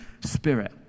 Spirit